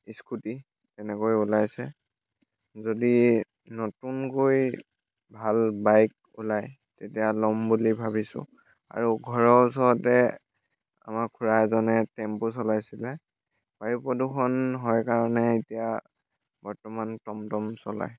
scooty সেনেকৈ ওলাইছে যদি নতুনকৈ ভাল বাইক ওলায় তেতিয়া ল'ম বুলি ভাবিছোঁ আৰু ঘৰৰ ওচৰতে আমাৰ খুৰা এজনে টেম্পু চলাইছিলে বায়ু প্ৰদূষণ হয় কাৰণে এতিয়া বৰ্তমান টমটম চলায়